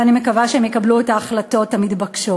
ואני מקווה שהם יקבלו את ההחלטות המתבקשות.